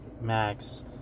Max